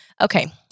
Okay